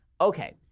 Okay